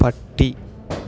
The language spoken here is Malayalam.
പട്ടി